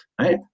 right